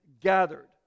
gathered